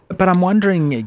but i'm wondering,